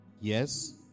Yes